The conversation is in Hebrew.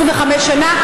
25 שנה,